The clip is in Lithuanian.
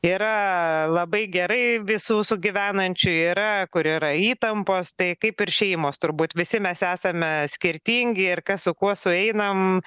yra labai gerai visų sugyvenančių yra kur yra įtampos tai kaip ir šeimos turbūt visi mes esame skirtingi ir kas su kuo sueinam